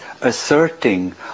asserting